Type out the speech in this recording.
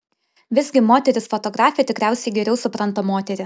visgi moteris fotografė tikriausiai geriau supranta moterį